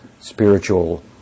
spiritual